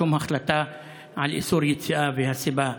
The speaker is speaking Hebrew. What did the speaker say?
שום החלטה על איסור יציאה והסיבה.